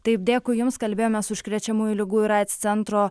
taip dėkui jums kalbėjomės su užkrečiamųjų ligų ir aids centro